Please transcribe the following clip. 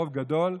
רוב גדול,